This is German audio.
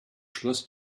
schloss